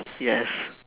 yes